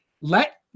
let